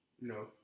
No